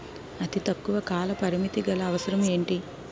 అతి తక్కువ కాల పరిమితి గల అవసరం ఏంటి